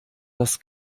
das